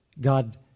God